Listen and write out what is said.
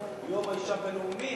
יום האשה הבין-לאומי,